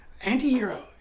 anti-hero